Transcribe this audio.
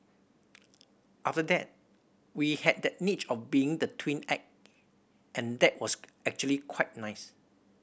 after that we had that niche of being the twin act and that was actually quite nice